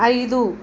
ఐదు